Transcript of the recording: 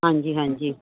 ਹਾਂਜੀ ਹਾਂਜੀ